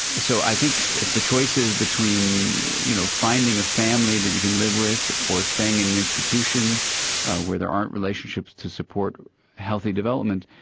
so i think if the choice is between, you know, finding a family that you can live with, or staying in an institution where there aren't relationships to support healthy development,